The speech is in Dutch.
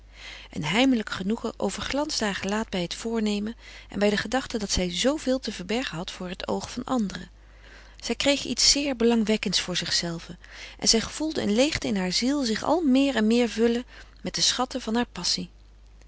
een heimelijk genoegen overglansde haar gelaat bij het voornemen en bij de gedachte dat zij zooveel te verbergen had voor het oog van anderen zij kreeg iets zeer belangwekkends voor zich zelve en zij gevoelde een leegte in haar ziel zich al meer en meer vullen met de schatten van haar passie